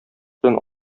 белән